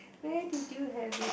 where did you have it